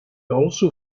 also